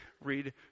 read